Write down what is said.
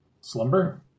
Slumber